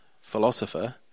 philosopher